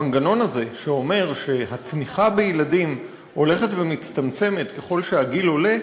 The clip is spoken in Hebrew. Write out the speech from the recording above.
המנגנון הזה שאומר שהתמיכה בילדים הולכת ומצטמצמת ככל שהגיל עולה,